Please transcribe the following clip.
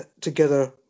together